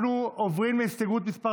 אנחנו עוברים להסתייגות מס'